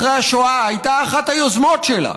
אחרי השואה, מדינת ישראל הייתה אחת היוזמות שלה,